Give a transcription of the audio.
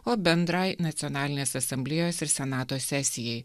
o bendrai nacionalinės asamblėjos ir senato sesijai